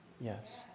Yes